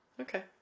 Okay